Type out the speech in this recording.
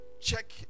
check